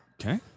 Okay